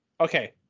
Okay